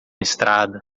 estrada